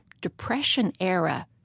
Depression-era